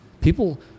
People